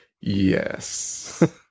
Yes